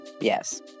Yes